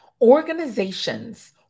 Organizations